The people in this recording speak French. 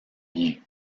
bien